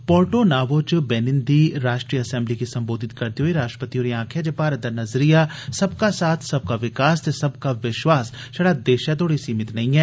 Porto Novo च Benin दी राश्ट्रीय असैंबली गी संबोधित करदे राश्ट्रपति होरें आक्खेआ जे भारत दा नजरिया सब का साथ सब का विकास ते सब का विष्वास छड़ा देषै तोह्ड़ी गै सीमित नेईं ऐ